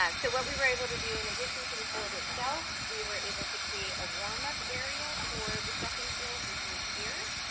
um so what we were able to do, in addition to the field itself, we were able to create a warmup area for the second field, which is here,